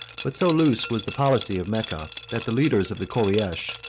but so loose was the policy of mecca that the leaders of the koreish,